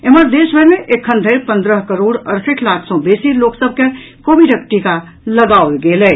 एम्हर देश भरि मे एखन धरि पंद्रह करोड अड़सठि लाख सँ बेसी लोक सभ के कोविडक टीका लगाओल गेल अछि